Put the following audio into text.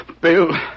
Bill